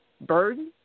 burden